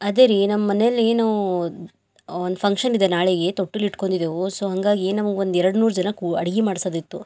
ಅದೇ ರೀ ನಮ್ಮ ಮನೇಲ್ ಏನೋ ಒಂದು ಫಂಕ್ಷನ್ ಇದೆ ನಾಳೆಗೆ ತೊಟ್ಟಿಲು ಇಟ್ಕೊಂದಿದ್ದೆವು ಸೊ ಹಂಗಾಗಿ ನಮಗೊಂದು ಎರಡುನೂರು ಜನಕ್ಕೆ ಊ ಅಡುಗೆ ಮಾಡ್ಸೋದಿತ್ತು